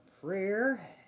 prayer